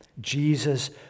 Jesus